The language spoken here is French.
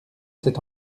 cette